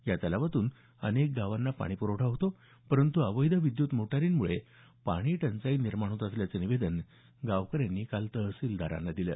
या तलावातून अनेक गावांना पाणी प्रखठा होतो परंत् अवैध विद्युत मोटारींमुळे पाणी टंचाई निर्माण होत असल्याचं निवेदन गावकऱ्यांनी काल तहसीलदारांना दिलं